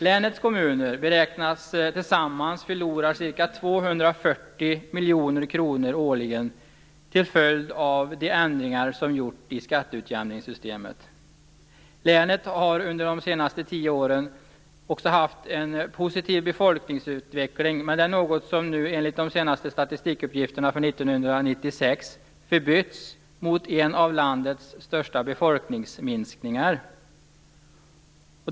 Länets kommuner beräknas tillsammans förlora ca 240 miljoner kronor årligen till följd av de ändringar som gjorts i skatteutjämningssystemet. Länet har under de senaste tio åren haft en positiv befolkningsutveckling, något som enligt de senaste statistikuppgifterna för 1996 förbytts i en av landets största befolkningsminskningar.